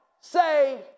say